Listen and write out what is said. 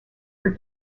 for